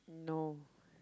no